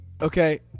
Okay